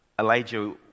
Elijah